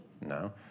No